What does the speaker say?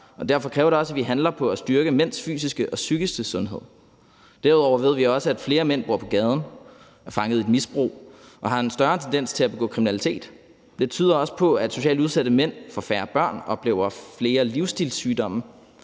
derfor kræver det også, at vi handler på at styrke mænds fysiske og psykiske sundhed. Derudover ved vi også, at flere mænd bor på gaden og er fanget i et misbrug, og at mænd har en større tendens til at begå kriminalitet. Det tyder også på, at socialt udsatte mænd får færre børn, oplever flere livsstilssygdomme,